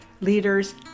leaders